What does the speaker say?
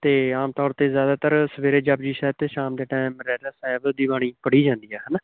ਅਤੇ ਆਮ ਤੌਰ 'ਤੇ ਜ਼ਿਆਦਾਤਰ ਸਵੇਰੇ ਜਪਜੀ ਸਾਹਿਬ ਅਤੇ ਸ਼ਾਮ ਦੇ ਟਾਈਮ ਰਹਿਰਾਸ ਸਾਹਿਬ ਦੀ ਬਾਣੀ ਪੜ੍ਹੀ ਜਾਂਦੀ ਆ ਹੈ ਨਾ